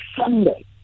Sunday